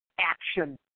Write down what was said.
action